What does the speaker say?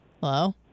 Hello